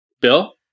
Bill